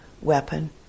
weapon